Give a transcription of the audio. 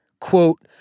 quote